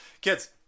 Kids